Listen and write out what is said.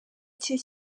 cye